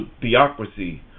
theocracy